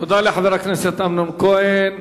תודה לחבר הכנסת אמנון כהן.